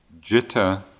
Jitta